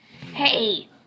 hey